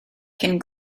cyn